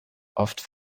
oft